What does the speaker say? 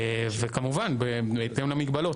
וכמובן בהתאם למגבלות,